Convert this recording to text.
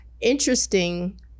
interesting